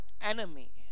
enemy